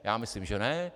Já myslím, že ne.